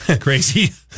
crazy